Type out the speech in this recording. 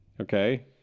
okay